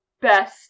best